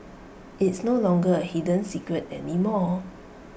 it's no longer A hidden secret anymore